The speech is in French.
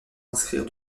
inscrire